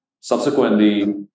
Subsequently